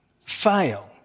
fail